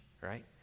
right